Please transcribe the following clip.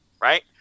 right